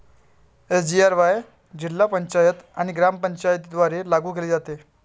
SGRY जिल्हा पंचायत आणि ग्रामपंचायतींद्वारे लागू केले जाते